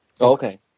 okay